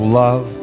love